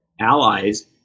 allies